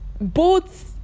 Boats